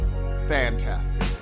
fantastic